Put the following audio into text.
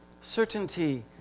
certainty